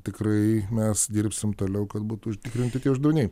tikrai mes dirbsim toliau kad būtų užtikrinti tie uždaviniai